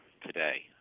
today